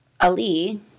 Ali